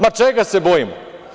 Ma, čega se bojimo?